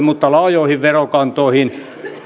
mutta laajoihin verokantoihin